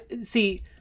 See